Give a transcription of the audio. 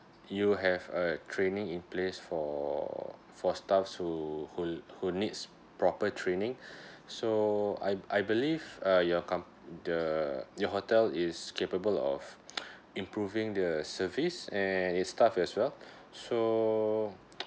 you have a training in place for for staffs who who who needs proper training so I I believe uh your com~ the your hotel is capable of improving the service and its staff as well so